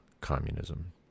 communism